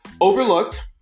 overlooked